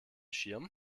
schirm